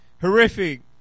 horrific